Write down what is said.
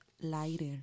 lighter